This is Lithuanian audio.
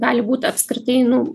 gali būt apskritai nu